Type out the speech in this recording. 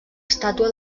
estàtua